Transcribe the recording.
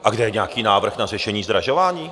A kde je nějaký návrh na řešení zdražování?